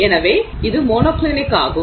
எனவே இது மோனோக்ளினிக் ஆகும்